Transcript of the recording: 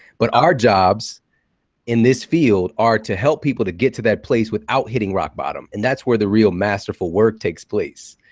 but our jobs in this field are to help people to get to that place without hitting rock bottom, and that's where the real masterful work takes place.